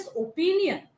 opinion